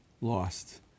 lost